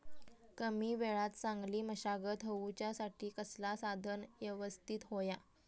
कमी वेळात चांगली मशागत होऊच्यासाठी कसला साधन यवस्तित होया?